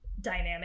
dynamic